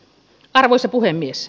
arvoisa puhemies